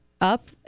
up